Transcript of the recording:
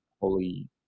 holy